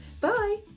Bye